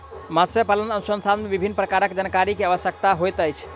मत्स्य पालन अनुसंधान मे विभिन्न प्रकारक जानकारी के आवश्यकता होइत अछि